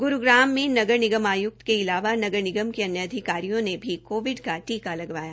ग्रूग्राम में नगरनिगम आय्क्त के अलावा नगर निगम के अन्य अधिकारियों ने भी कोविड का टीका लगवाया